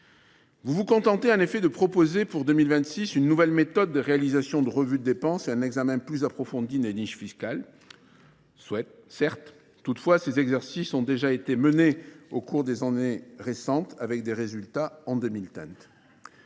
Vous vous contentez à l'effet de proposer pour 2026 une nouvelle méthode de réalisation de revues de dépenses et un examen plus approfondi des niches fiscales. Certes, toutefois, ces exercices ont déjà été menés au cours des années récentes avec des résultats en 2010.